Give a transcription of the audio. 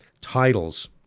titles